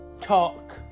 Talk